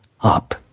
up